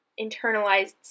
internalized